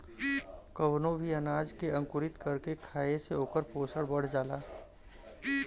कवनो भी अनाज के अंकुरित कर के खाए से ओकर पोषण बढ़ जाला